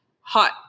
hot